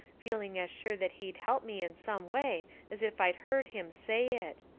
feeling as sure that he'd help me in some way as if i'd heard him say it.